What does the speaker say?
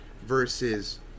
Versus